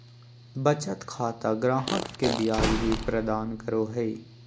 बचत खाता ग्राहक के ब्याज भी प्रदान करो हइ